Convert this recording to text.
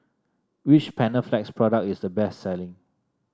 which Panaflex product is the best selling